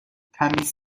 تمیز